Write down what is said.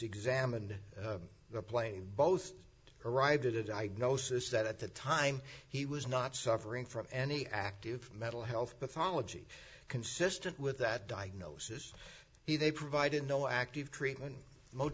examined the plane both arrived at a diagnosis that at the time he was not suffering from any active mental health pathology consistent with that diagnosis he they provided no active treatment